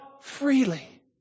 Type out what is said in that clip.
freely